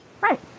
Right